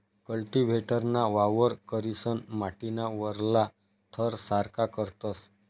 कल्टीव्हेटरना वापर करीसन माटीना वरला थर सारखा करतस